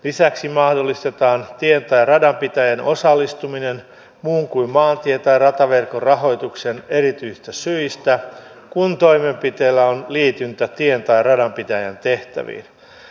lisäksi mahdollistetaan tien tai radanpitäjän osallistuminen muun kuin maantie tai rataverkon rahoitukseen erityisistä syistä kun toimenpiteellä on liityntä tien tai radanpitäjän tehtäviin